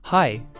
Hi